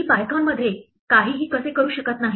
मी पायथनमध्ये काहीही कसे करू शकत नाही